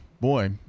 boy